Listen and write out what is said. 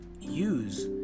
use